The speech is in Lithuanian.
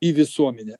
į visuomenę